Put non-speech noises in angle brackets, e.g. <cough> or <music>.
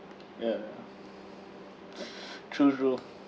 ya ya <breath> true true